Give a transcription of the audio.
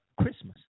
Christmas